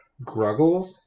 Gruggles